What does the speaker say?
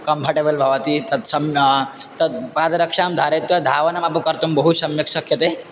comfortable भवति तत् सम्यक् तत् पादरक्षां धारयित्वा धावनमपि कर्तुं बहु सम्यक् शक्यते